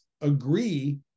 agree